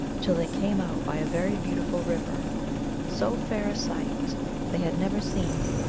till they came out by a very beautiful river so fair a sight they had never seen,